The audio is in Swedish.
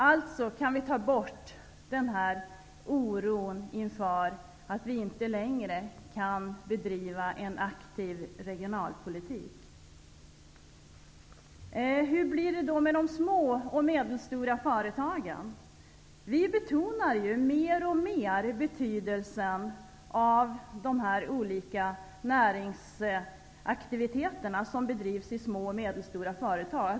Alltså kan vi ta bort oron inför att vi inte längre kommer att kunna bedriva en aktiv regionalpolitik. Hur blir det då med de små och medelstora företagen? Vi betonar ju mer och mer betydelsen av de olika näringsaktiviteter som bedrivs i små och medelstora företag.